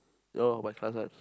no my class [one]